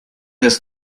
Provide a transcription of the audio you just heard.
this